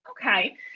Okay